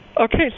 Okay